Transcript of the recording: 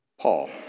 Paul